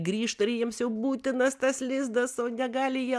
grįžta ir jiems jau būtinas tas lizdas o negali jie